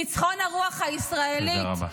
ניצחון הרוח הישראלית -- תודה רבה.